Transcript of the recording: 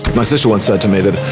my sister once said to me that,